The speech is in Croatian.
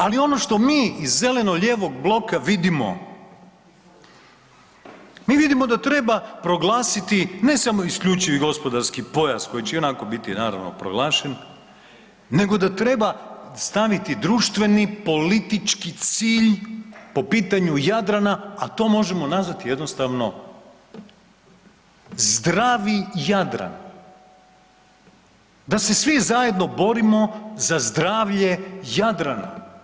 Ali ono što mi iz zeleno-lijevog bloka vidimo, mi vidimo da treba proglasiti ne samo IGP koji će i onako biti naravno proglašen nego da treba staviti društveni politički cilj po pitanju Jadrana, a to možemo nazvati jednostavno zdravi Jadran, da se svi zajedno borimo za zdravlje Jadrana.